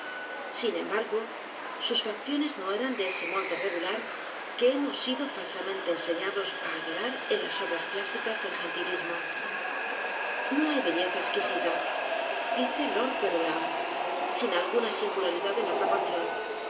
g o sus facciones no eran de ese molde regular que hemos sido falsamente enseñados á adorar en las obras clásicas del gentilismo no hay belleza exquisita dice lord verulam sin alguna singularidad en la proporción